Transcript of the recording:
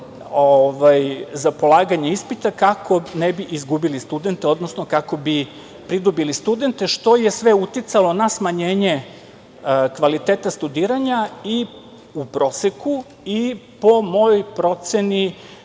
za polaganja ispita, kako ne bi izgubili studente, odnosno kako bi pridobili studente, što je sve uticalo na smanjenje kvaliteta studiranja u proseku i, po mojoj proceni,